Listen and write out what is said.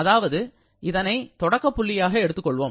அதாவது இதனை தொடக்கப் புள்ளியாக எடுத்துக்கொள்வோம்